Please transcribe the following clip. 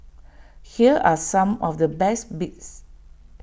here are some of the best bits